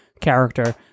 character